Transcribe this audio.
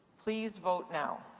please vote now.